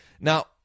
Now